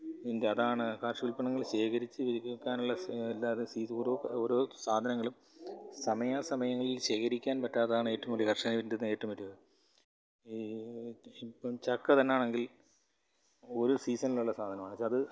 ഇതിൻ്റെ അതാണ് കാർഷിക ഉല്പന്നങ്ങൾ ശേഖരിച്ച് വയ്ക്കാനുള്ള അല്ലാതെ സീസ് ഓരോ ഓരോ സാധനങ്ങളും സമയാസമയങ്ങളിൽ ശേഖരിക്കാൻ പറ്റാത്തതാണ് ഏറ്റവും വല്യ കർഷകൻറെ ഏറ്റവും വലിയ ഇത് ഈ ഇപ്പം ചക്ക തന്നെ ആണെങ്കിൽ ഒരു സീസണിലുള്ള സാധനമാണ് പക്ഷേ അത്